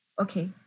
okay